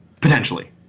potentially